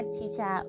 teacher